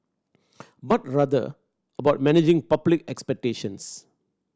but rather about managing public expectations